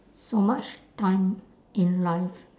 so much time in life